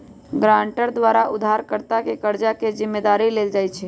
guarantor द्वारा उधारकर्ता के कर्जा के जिम्मदारी लेल जाइ छइ